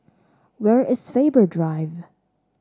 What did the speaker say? where is Faber Drive